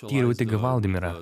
tyriau tikrą hvaldimirą